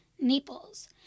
Naples